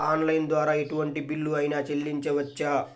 Online ద్వారా ఎటువంటి bill అయినా చెల్లించవచ్చా?